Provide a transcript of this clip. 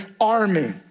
army